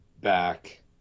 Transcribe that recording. back